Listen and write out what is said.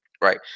right